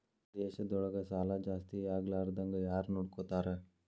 ದೇಶದೊಳಗ ಸಾಲಾ ಜಾಸ್ತಿಯಾಗ್ಲಾರ್ದಂಗ್ ಯಾರ್ನೊಡ್ಕೊತಾರ?